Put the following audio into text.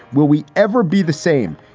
will we ever be the same?